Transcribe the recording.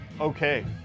okay